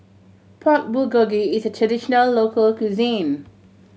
Pork Bulgogi is a traditional local cuisine